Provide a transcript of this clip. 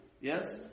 Yes